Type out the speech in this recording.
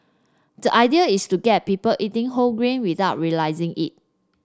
the idea is to get people eating whole grain without realising it